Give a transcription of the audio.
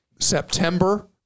September